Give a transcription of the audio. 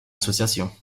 association